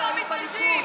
חלאס עם הבושה הזאת.